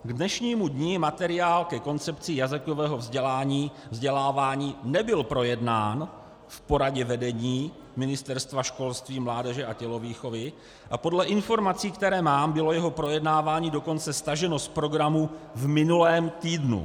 K dnešnímu dni materiál ke koncepci jazykového vzdělávání nebyl projednán v poradě vedení Ministerstva školství, mládeže a tělovýchovy a podle informací, které mám, bylo jeho projednávání dokonce staženo z programu v minulém týdnu.